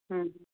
ହଁ